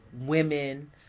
women